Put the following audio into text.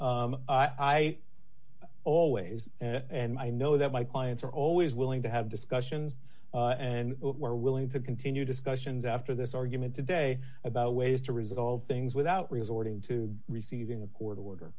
i always and i know that my clients are always willing to have discussions and were willing to continue discussions after this argument today about ways to resolve things without resorting to receiving a court order